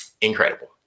incredible